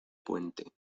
puente